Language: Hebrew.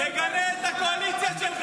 איפה היית,